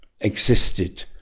existed